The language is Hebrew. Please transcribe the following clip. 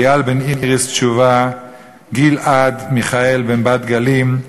איל בן איריס תשורה וגיל-עד מיכאל בן בת-גלים,